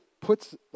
puts